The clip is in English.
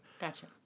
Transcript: Gotcha